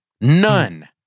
None